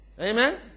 Amen